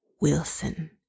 Wilson